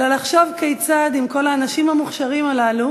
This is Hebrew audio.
אלא לחשוב כיצד עם כל האנשים המוכשרים הללו